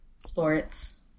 Sports